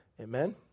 Amen